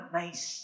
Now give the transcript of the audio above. nice